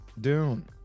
Dune